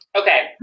Okay